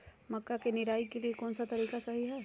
मक्का के निराई के लिए कौन सा तरीका सही है?